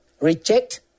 reject